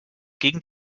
gegen